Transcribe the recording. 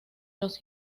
los